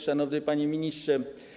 Szanowny Panie Ministrze!